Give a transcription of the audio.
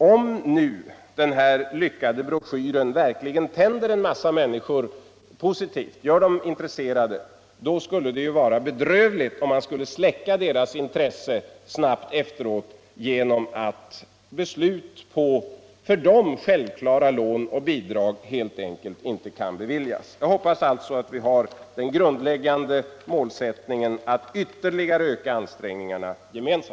Om nu den här lyckade broschyren verkligen gör en massa människor intresserade, skulle det ju vara bedrövligt om man efteråt snabbt skulle släcka deras intresse genom att för dem självklara lån och bidrag inte kan beviljas. Jag hoppas alltså att vi gemensamt har den grundläggande målsättningen — att ytterligare öka ansträngningarna.